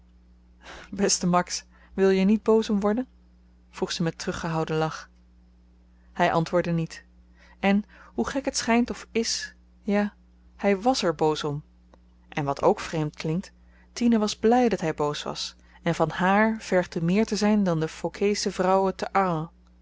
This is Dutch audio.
beste max wil je er niet boos om worden vroeg ze met teruggehouden lach hy antwoordde niet en hoe gek het schynt of is ja hy was er boos om en wat k vreemd klinkt tine was bly dat hy boos was en van haar vergde meer te zyn dan de phoceesche vrouwen te arles